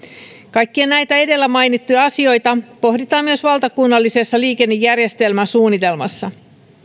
kaikkia näitä edellä mainittuja asioita pohditaan myös valtakunnallisessa liikennejärjestelmäsuunnitelmassa